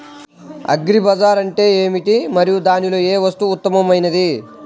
Agri bazaar అంటే ఏమిటి మరియు దానిలో ఏ వస్తువు ఉత్తమమైనది?